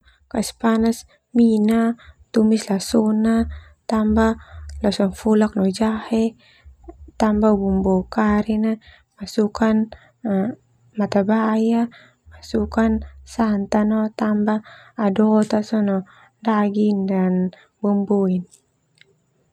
Kas panas minah, tumis lasona, tambah lanosa fulak no jahe, tambah bumbu kari na, masukan matabai ah, masukan santan ah, tambah ado ta sono daging no bumbui.